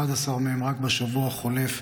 11 מהם רק בשבוע החולף.